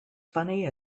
funny